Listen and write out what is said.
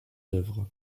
œuvres